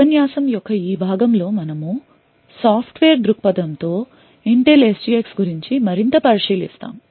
ఉపన్యాసం యొక్క ఈ భాగం లో మనము సాఫ్ట్వేర్ దృక్పథం తో Intel SGX గురించి మరింత పరిశీలిస్తాము